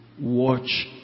Watch